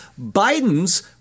Biden's